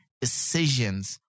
decisions